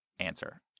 Answer